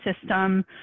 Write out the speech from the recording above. system